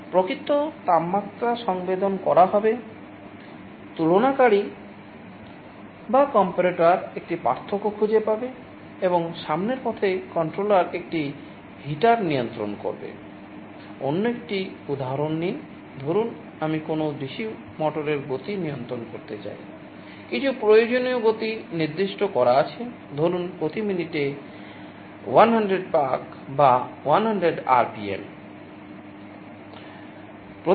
প্রকৃত তাপমাত্রা সংবেদন করা হবে তুলনাকারী